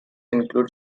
include